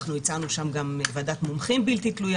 אנחנו הצענו שם גם ועדת מומחים בלתי תלויה